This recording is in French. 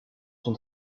son